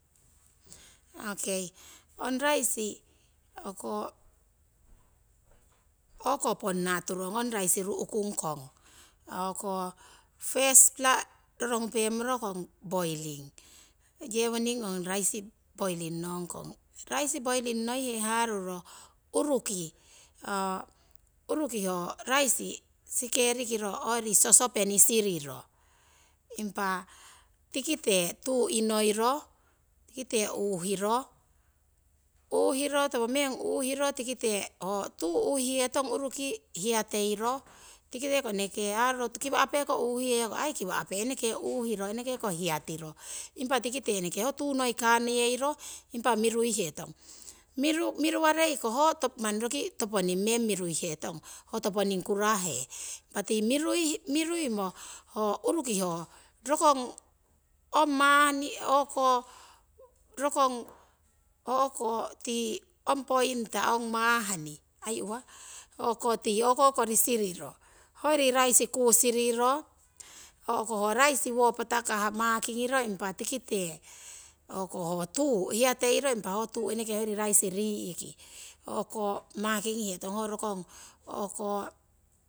Okei ong raisi o'ko ponna tukong ong ru'kung kong, o'ko tumikawa' rorongumpenong poiring, yewoning ong raisi poiring ngongkong. Raisi poiring noihe haruro uruki ho raisi. sike rikiro hoyori sosopeni siriro impa tikite tuu inoiro, tikite uuhiro, toponing meng uuhiro, tikite ko eneke ko haruro kiwa'peko ai eneke kiwa'pe uuhiro eneke ko. hiyatiro impa tikite ho tuu noi kawiteiro impa mirui hetong. Impa miruwareiko ho manni roki toponing meng miruihetong ho toponing kura'he. Impa tii miruimo uruki ho ong. rokong mahni ong pointer ti o'ko kori siriro hoyori raisi kuu siriro ho raisi wo patakah maakingiro impa tikite hoto ho tuu hiyateiro impa eneke ho tuu hoyori raisi rii'ki. maakingihetong ho rokong hoko